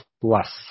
Plus